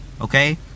okay